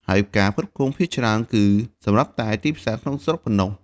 ហើយការផ្គត់ផ្គង់ភាគច្រើនគឺសម្រាប់តែទីផ្សារក្នុងស្រុកប៉ុណ្ណោះ។